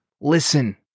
listen